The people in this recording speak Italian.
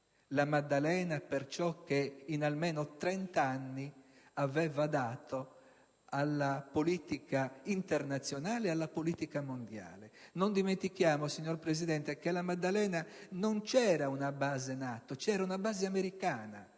La Maddalena per ciò che in almeno 30 anni aveva dato alla politica internazionale e alla politica mondiale. Non dimentichiamo, signor Presidente, che a La Maddalena non c'era una base NATO: c'era una base americana.